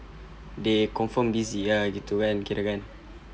they confirmed busy ah gitu kan kirakan